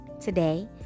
Today